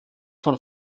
von